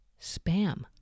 Spam